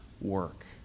work